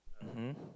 mmhmm